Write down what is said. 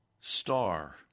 star